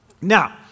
Now